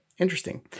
Interesting